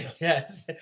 Yes